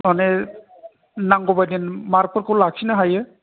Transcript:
माने नांगौबायदि मार्कफोरखौ लाखिनो हायो